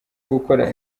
gukura